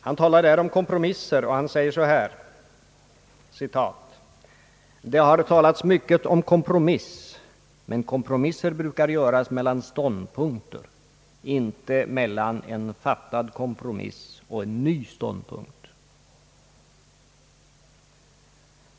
Han talar där om kompromisser och säger: »Det har talats mycket om kompromiss, men kompromisser brukar göras mellan ståndpunkter — inte mellan en träffad kompromiss och en ny ståndpunkt.